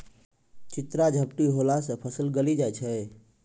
चित्रा झपटी होला से फसल गली जाय छै?